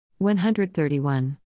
131